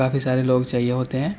کافی سارے لوگ چاہیے ہوتے ہیں